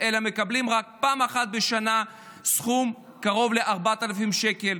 אלא מקבלים רק פעם אחת בשנה סכום של קרוב ל-4,000 שקלים.